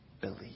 believe